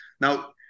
Now